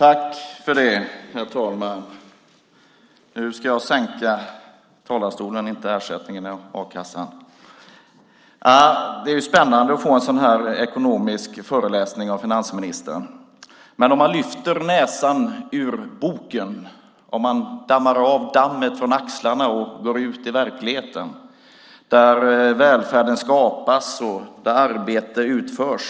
Herr talman! Det är spännande att få en ekonomisk föreläsning av finansministern, men man ska kanske lyfta näsan från boken, stryka bort dammet från axlarna och gå ut i verkligheten där välfärden skapas och arbete utförs.